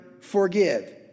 forgive